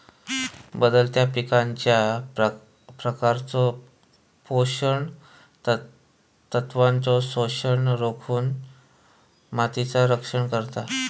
बदलत्या पिकांच्या प्रकारचो पोषण तत्वांचो शोषण रोखुन मातीचा रक्षण करता